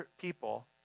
people